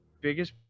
Biggest